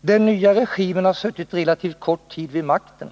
”Den nya regimen har suttit relativt kort tid vid makten.